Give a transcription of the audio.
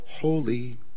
holy